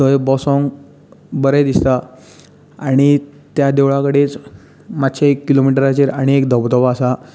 थंय बसोंक बरें दिसता आनी त्या देवळा कडेन मातशें एक किलोमिटराचेर आनी एक धबधबो आसा